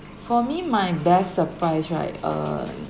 for me my best surprise right err